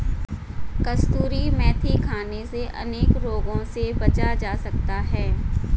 कसूरी मेथी खाने से अनेक रोगों से बचा जा सकता है